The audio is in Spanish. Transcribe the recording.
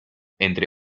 entre